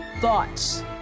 thoughts